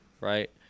right